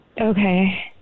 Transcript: Okay